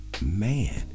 man